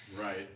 Right